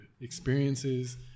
experiences